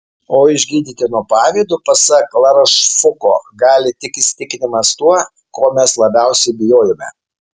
o išgydyti nuo pavydo pasak larošfuko gali tik įsitikinimas tuo ko mes labiausiai bijojome